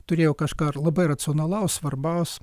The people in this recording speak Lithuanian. turėjo kažką labai racionalaus svarbaus